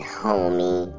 homie